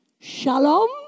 shalom